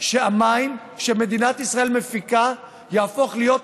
שהמים שמדינת ישראל מפיקה יהפכו להיות